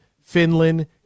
Finland